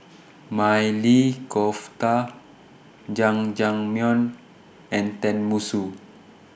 Maili Kofta Jajangmyeon and Tenmusu